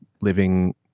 living